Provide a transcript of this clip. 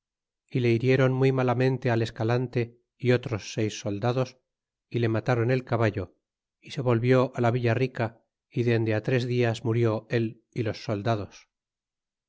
y le hirieron muy malamente al escalante y otros seis soldados y le mataron el caballo y se volvió la villa rica y dende tres dias murió él y los soldados